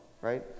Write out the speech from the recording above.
right